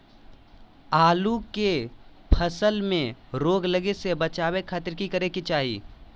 आलू के फसल में रोग लगे से बचावे खातिर की करे के चाही?